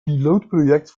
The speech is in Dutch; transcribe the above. pilootproject